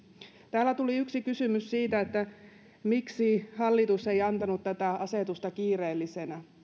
täällä tuli yksi kysymys siitä miksi hallitus ei antanut tätä asetusta kiireellisenä